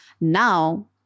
now